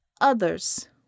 Others